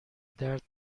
درد